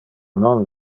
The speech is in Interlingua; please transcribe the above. non